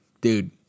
dude